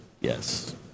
Yes